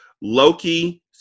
Loki